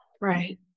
right